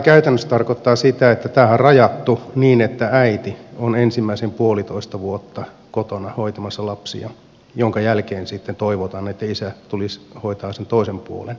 tämähän käytännössä tarkoittaa sitä että tämä on rajattu niin että äiti on ensimmäisen puolitoista vuotta kotona hoitamassa lapsia minkä jälkeen sitten toivotaan että isä tulisi hoitamaan sen toisen puolen